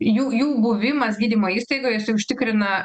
jų jų buvimas gydymo įstaigoje užtikrina